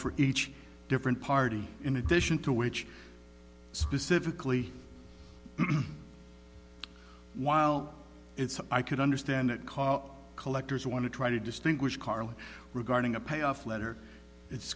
for each different party in addition to which specifically while it's i could understand it cause collectors want to try to distinguish carly regarding a payoff letter it's